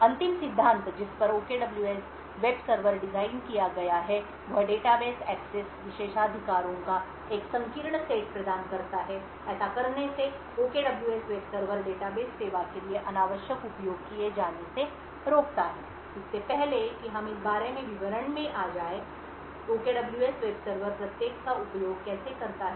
अंतिम सिद्धांत जिस पर OKWS वेब सर्वर डिज़ाइन किया गया है वह डेटाबेस एक्सेस विशेषाधिकारों का एक संकीर्ण सेट प्रदान करता है ऐसा करने से OKWS वेब सर्वर डेटाबेस सेवा के लिए अनावश्यक उपयोग किए जाने से रोकता है इससे पहले कि हम इस बारे में विवरण में जाएं कि OKWS वेब सर्वर प्रत्येक का उपयोग कैसे करता है